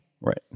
Right